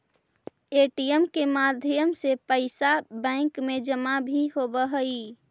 ATM के माध्यम से पैइसा बैंक में जमा भी होवऽ हइ